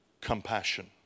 compassion